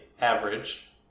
average